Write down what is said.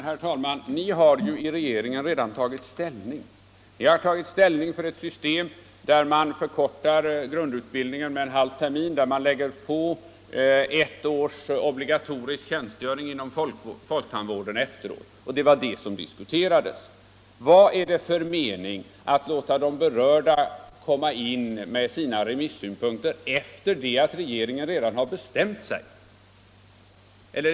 Herr talman! Jo, men regeringen har ju redan tagit ställning! Regeringen har redan tagit ställning för ett system där man förkortar grundutbildningen med en halv termin och efteråt lägger på ett års obligatorisk tjänstgöring inom folktandvården. Det är det vi diskuterar. Vad är det för mening med att låta de berörda komma in med sina remissynpunkter efter det att regeringen redan har bestämt sig?